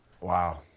Wow